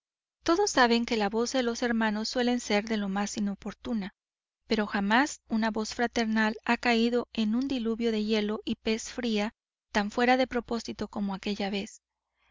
todos saben que la voz de los hermanos suele ser de lo más inoportuna pero jamás una voz fraternal ha caído en un diluvio de hielo y pez fría tan fuera de propósito como aquella vez